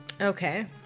Okay